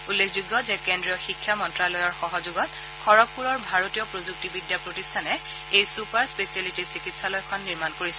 উল্লেখযোগ্য যে কেন্দ্ৰীয় শিক্ষা মন্ত্যালয়ৰ সহযোগত খড্গপুৰৰ ভাৰতীয় প্ৰযুক্তিবিদ্যা প্ৰতিষ্ঠানে এই ছুপাৰ স্পেচিয়েলিটী চিকিৎসালয়খন নিৰ্মাণ কৰিছে